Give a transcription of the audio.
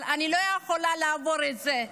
אבל אני לא יכולה לעבור על זה.